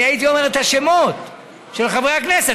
אני הייתי אומר את השמות של חברי הכנסת